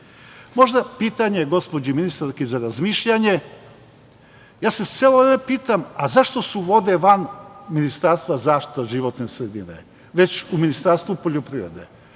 dobar. Možda pitanje gospođi ministarki za razmišljanje. Ja se celo vreme pitam - zašto su vode van Ministarstva za zaštitu životne sredine, već u Ministarstvu poljoprivrede?